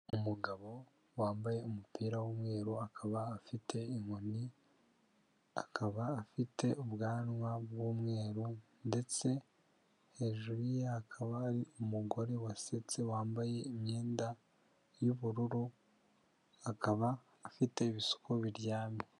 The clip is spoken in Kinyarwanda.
Umugabo wambaye umupira w'umweru akaba afite inkoni akaba afite ubwanwa bw'umweru ndetse hejuru hakaba hari umugore wasetse wambaye imyenda y'ubururu akaba afite ibisuko biryamye.